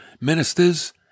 ministers